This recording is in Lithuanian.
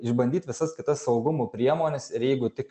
išbandyt visas kitas saugumo priemones ir jeigu tik